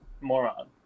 moron